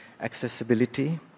accessibility